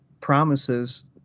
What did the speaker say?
promises